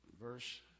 verse